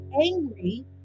angry